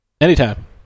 Anytime